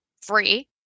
free